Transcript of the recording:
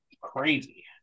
crazy